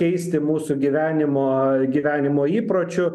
keisti mūsų gyvenimo gyvenimo įpročių